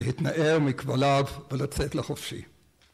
להתנער מכבליו ולצאת לחופשי.